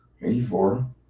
84